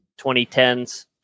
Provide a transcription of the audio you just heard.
2010s